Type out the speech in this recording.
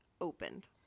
opened